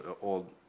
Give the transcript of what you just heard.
Old